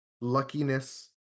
luckiness